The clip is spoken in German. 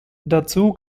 dazu